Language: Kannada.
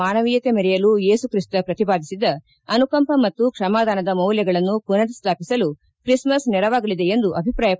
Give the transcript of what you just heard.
ಮಾನವೀಯತೆ ಮೆರೆಯಲು ಯೇಸುಕ್ರಿನ್ತ ಪ್ರತಿಪಾದಿಸಿದ ಅನುಕಂಪ ಮತ್ತು ಕ್ಷಮಾದಾನದ ಮೌಲ್ಯಗಳನ್ನು ಮನರ್ ಸ್ಥಾಪಿಸಲು ತ್ರಿಸ್ಮಸ್ ನೆರವಾಗಲಿದೆ ಎಂದು ಅಭಿಪ್ರಾಯಪಟ್ಟಿದ್ದಾರೆ